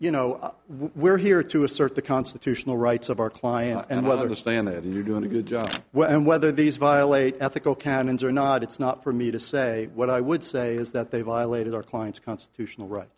you know we're here to assert the constitutional rights of our client and whether to stay in it and you're doing a good job well and whether these violate ethical canons or not it's not for me to say what i would say is that they violated our client's constitutional right